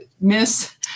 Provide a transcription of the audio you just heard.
miss